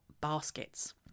baskets